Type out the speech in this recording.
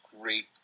great